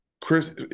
Chris